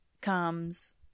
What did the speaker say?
comes